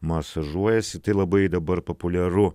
masažuojasi tai labai dabar populiaru